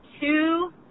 two